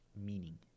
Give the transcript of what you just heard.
meaning